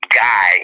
guy